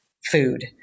food